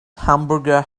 hamburger